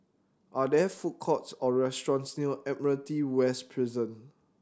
are there food courts or restaurants near Admiralty West Prison